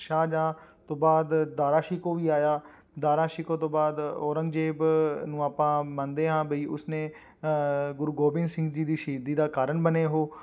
ਸ਼ਾਹਜਹਾਂ ਤੋਂ ਬਾਅਦ ਦਾਰਾ ਸ਼ਿਕੋਹ ਵੀ ਆਇਆ ਦਾਰਾ ਸ਼ਿਕੋਹ ਤੋਂ ਬਾਅਦ ਔਰੰਗਜ਼ੇਬ ਨੂੰ ਆਪਾਂ ਮੰਨਦੇ ਹਾਂ ਬਈ ਉਸਨੇ ਗੁਰੂ ਗੋਬਿੰਦ ਸਿੰਘ ਜੀ ਦੀ ਸ਼ਹੀਦੀ ਦਾ ਕਾਰਨ ਬਣੇ ਉਹ